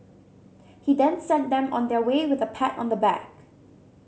he then sent them on their way with a pat on the back